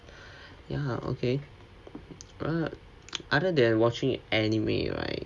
ya okay right other than watching anime right